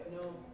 No